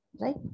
right